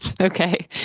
Okay